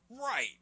Right